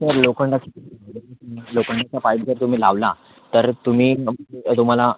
sir लोखंडाचं लोखंडाचा pipe जर तुम्ही लावला तर तुम्ही तुम्हाला